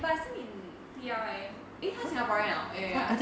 but si ming P_R leh eh 她 singaporean 了 eh ya ya